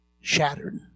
shattered